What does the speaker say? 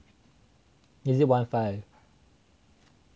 is it one five